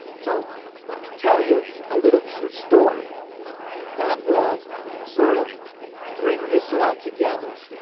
so let me tell you a little true story that will sort of bring this all together.